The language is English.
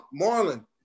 Marlon